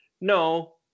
No